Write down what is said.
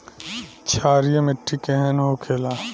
क्षारीय मिट्टी केहन होखेला?